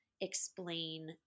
explain